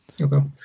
Okay